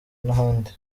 n’ahandi